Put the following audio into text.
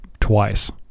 twice